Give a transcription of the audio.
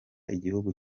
igihugu